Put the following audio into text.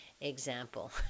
example